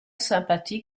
sympathie